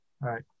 right